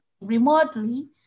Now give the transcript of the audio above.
remotely